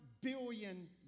billion